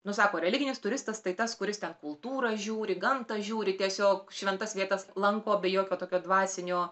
nu sako religinis turistas tai tas kuris ten kultūrą žiūri gamtą žiūri tiesiog šventas vietas lanko be jokio tokio dvasinio